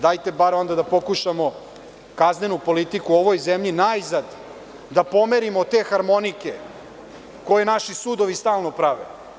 Dajte bar onda da pokušamo kaznenu politiku u ovoj zemlji, najzad da pomerimo te harmonike koje naši sudovi stalno prave.